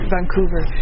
Vancouver